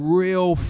real